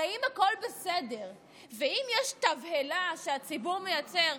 הרי אם הכול בסדר ואם יש תבהלה שהציבור מייצר,